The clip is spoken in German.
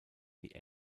die